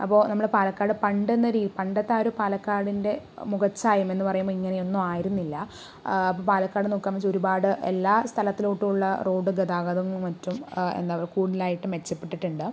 അപ്പോൾ നമ്മൾ പാലക്കാട് പണ്ട് എന്ന് രീ പണ്ടത്തെ ആ ഒരു പാലക്കാടിൻ്റെ മുഖച്ഛായ എന്ന് പറയുമ്പോൾ ഇങ്ങനെയൊന്നും ആയിരുന്നില്ല പാലക്കാട് നോക്കാന്ന് വെച്ചാൽ ഒരുപാട് എല്ലാ സ്ഥലത്തിലോട്ടും ഉള്ള റോഡ് ഗതാഗതങ്ങളും മറ്റും എന്താ പറയുക കൂടുതലായിട്ടും മെച്ചപ്പെട്ടിട്ടുണ്ട്